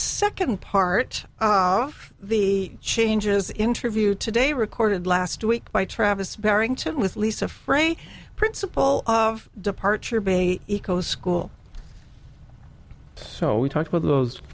second part of the changes interview today recorded last week by travis barrington with lisa frey principal of departure bay eco school so we talked with those